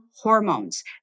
hormones